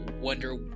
Wonder